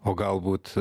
o galbūt